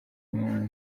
imibonano